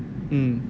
mm